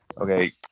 okay